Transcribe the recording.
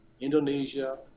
Indonesia